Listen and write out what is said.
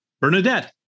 Bernadette